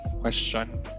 question